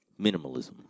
minimalism